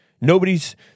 nobody's